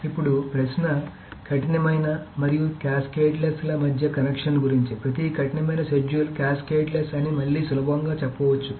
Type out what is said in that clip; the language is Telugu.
ఇప్పుడు ప్రశ్న కఠినమైన మరియు క్యాస్కేడ్ల మధ్య కనెక్షన్ గురించి ప్రతి కఠినమైన షెడ్యూల్ క్యాస్కేడ్లెస్ అని మళ్లీ సులభంగా చెప్పవచ్చు